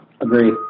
Agreed